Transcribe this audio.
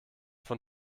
von